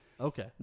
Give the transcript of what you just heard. okay